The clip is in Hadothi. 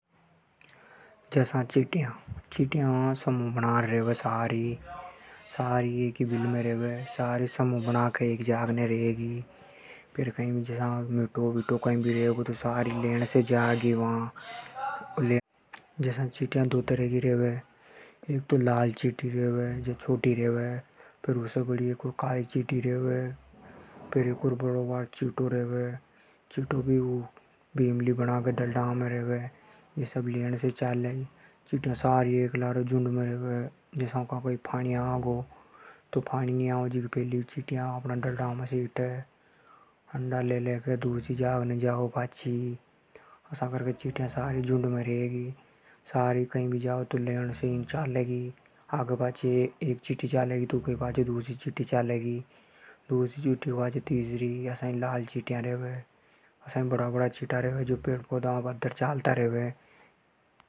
जसा चींटियां सारी एक जाग ने रेवे। एक ही बिल में रेवे। कई भी काम करे तो एक लाइन से जावे। चींटियां दो तरह की रेवे। एक लाल रेवे जो छोटी रेवे। अर दूसरी काली रे। चींटियां सारी एक लार झुंड में रेवे। सारी कई भी जावे तो झुंड में जावे। एक चींटी आगे जा तो सारी ऊके पाछे चाले।